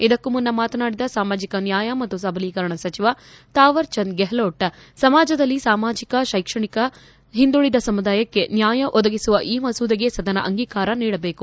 ಇದಕ್ಕೂ ಮುನ್ನ ಮಾತನಾಡಿದ ಸಾಮಾಜಕ ನ್ಯಾಯ ಮತ್ತು ಸಬಲೀಕರಣ ಸಚಿವ ತಾವರ್ಚಂದ್ ಗೆಹ್ಲೋಟ್ ಸಮಾಜದಲ್ಲಿ ಸಮಾಜಿಕವಾಗಿ ಶೈಕ್ಷಣಿಕವಾಗಿ ಹಿಂದುಳಿದ ಸಮುದಾಯಕ್ಕೆ ನ್ನಾಯ ಒದಗಿಸುವ ಈ ಮಸೂದೆಗೆ ಸದನ ಅಂಗಿಕಾರ ನೀಡಬೇಕು